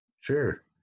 Sure